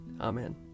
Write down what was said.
Amen